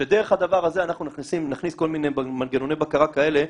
כשדרך הדבר הזה אנחנו נכניס כל מיני מנגנוני בקרה כאלה,